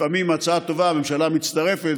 לפעמים הצעה טובה, הממשלה מצטרפת,